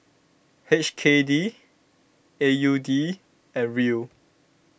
H K D A U D and Riel